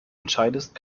entscheidest